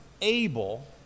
able